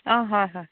অঁ হয় হয়